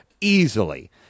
easily